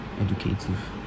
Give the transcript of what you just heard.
educative